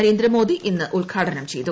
നരേന്ദ്ര മോദി ഇന്ന് ഉ ദ്ഘാടനം ചെയ്തു